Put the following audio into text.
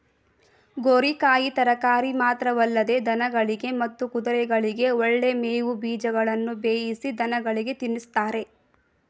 ಗೋರಿಕಾಯಿ ತರಕಾರಿ ಮಾತ್ರವಲ್ಲದೆ ದನಗಳಿಗೆ ಮತ್ತು ಕುದುರೆಗಳಿಗೆ ಒಳ್ಳೆ ಮೇವು ಬೀಜಗಳನ್ನು ಬೇಯಿಸಿ ದನಗಳಿಗೆ ತಿನ್ನಿಸ್ತಾರೆ